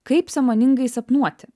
kaip sąmoningai sapnuoti